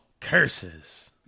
Curses